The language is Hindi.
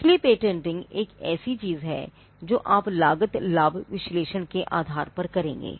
इसलिए पेटेंटिंग एक ऐसी चीज है जो आप लागत लाभ विश्लेषण के आधार पर करेंगे